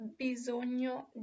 bisogno